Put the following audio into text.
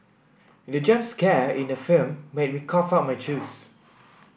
the jump scare in the film made me cough out my juice